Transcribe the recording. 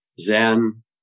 Zen